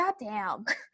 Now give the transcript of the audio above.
goddamn